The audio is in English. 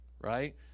Right